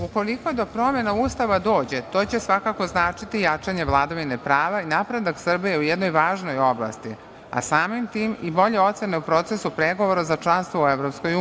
Ukoliko do promena Ustava dođe to će svakako značiti jačanje vladavine prava i napredak Srbije u jednoj važnoj oblasti, a samim tim i bolje ocene u procesu pregovora za članstvo u EU.